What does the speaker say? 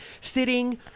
sitting